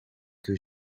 que